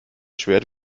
schwert